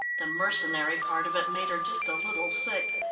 the mercenary part of it made her just a little sick.